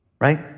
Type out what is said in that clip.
right